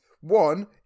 One